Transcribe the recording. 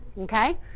okay